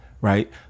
right